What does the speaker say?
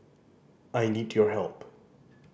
I need your help